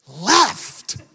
left